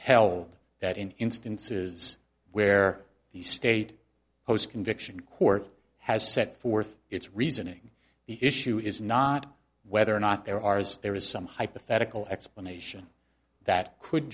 held that in instances where the state post conviction court has set forth its reasoning the issue is not whether or not there are as there is some hypothetical explanation that could